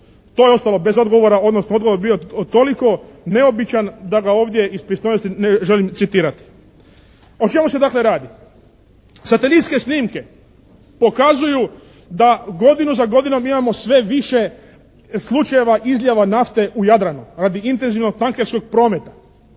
To je ostalo bez odgovora odnosno odgovor je bio toliko neobičan da ga ovdje iz pristojnosti ne želim citirati. O čemu se dakle radi? Satelitske snimke pokazuju da godinu za godinom imamo sve više slučajeva izljeva nafte u Jadranu radi intenzivnog tankerskog prometa.